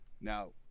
Now